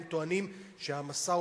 והם טוענים שהמשא-ומתן,